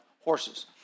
horses